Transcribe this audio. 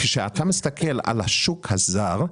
כשאתה מסתכל על השוק הזר,